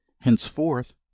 henceforth